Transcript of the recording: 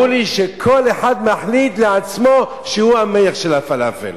אמרו לי שכל אחד מחליט לעצמו שהוא המלך של הפלאפל.